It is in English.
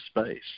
space